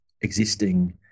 existing